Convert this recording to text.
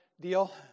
deal